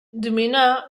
dominà